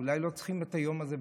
אולי בכלל לא צריכים את היום הזה.